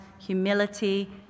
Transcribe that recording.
humility